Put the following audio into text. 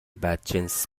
بدجنس